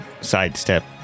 sidestep